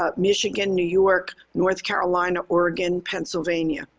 ah michigan, new york, north carolina, oregon, pennsylvania.